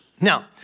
Now